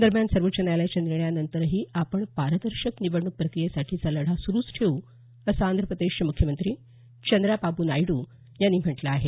दरम्यान सर्वोच्च न्यायालयाच्या निर्णयानंतरही आपण पारदर्शक निवडणूक प्रक्रियेसाठीचा लढा सुरूच ठेवू असं आंध्रप्रदेशचे मुख्यमंत्री चंद्राबाबू नायडू यांनी म्हटलं आहे